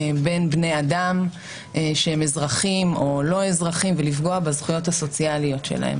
בין בני אדם שהם אזרחים או לא אזרחים ולפגוע בזכויות הסוציאליות שלהם.